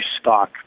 stock